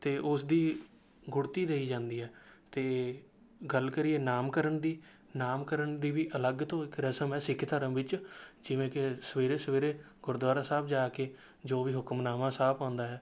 ਅਤੇ ਉਸ ਦੀ ਗੁੜ੍ਹਤੀ ਦਈ ਜਾਂਦੀ ਹੈ ਅਤੇ ਗੱਲ ਕਰੀਏ ਨਾਮਕਰਣ ਦੀ ਨਾਮਕਰਣ ਦੀ ਵੀ ਅਲੱਗ ਤੋਂ ਇੱਕ ਰਸਮ ਹੈ ਸਿੱਖ ਧਰਮ ਵਿੱਚ ਜਿਵੇਂ ਕਿ ਸਵੇਰੇ ਸਵੇਰੇ ਗੁਰਦੁਆਰਾ ਸਾਹਿਬ ਜਾ ਕੇ ਜੋ ਵੀ ਹੁਕਮਨਾਮਾ ਸਾਹਿਬ ਆਉਂਦਾ ਹੈ